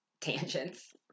Tangents